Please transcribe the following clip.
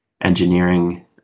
engineering